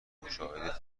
مشاهده